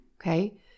okay